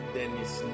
Dennis